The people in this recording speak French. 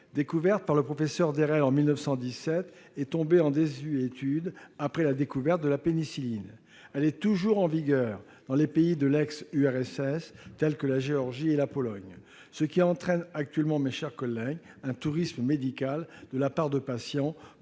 découverte par le professeur Félix d'Hérelle en 1917, est tombée en désuétude après la découverte de la pénicilline. Elle est toujours en vigueur dans les pays de l'ex-URSS, tels que la Géorgie, ou la Pologne, ce qui entraîne actuellement un tourisme médical de la part de patients pour lesquels